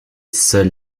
seule